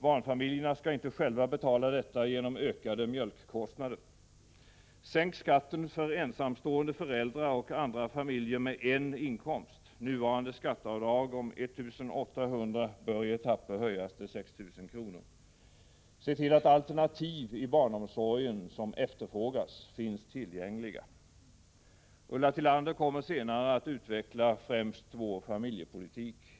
Barnfamiljerna skall inte själva betala detta genom ökade mjölkkostnader. Oo Se till att de alternativ i barnomsorgen som efterfrågas finns tillgängliga. Ulla Tillander kommer senare i den här debatten att utveckla främst vår familjepolitik.